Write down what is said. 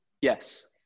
yes